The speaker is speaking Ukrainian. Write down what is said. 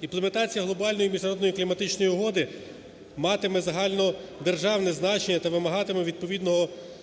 Імплементація глобальної міжнародної кліматичної угоди матиме загальнодержавне значення та вимагатиме відповідного до основних